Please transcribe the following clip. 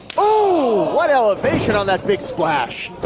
ooh, what elevation on that big splash.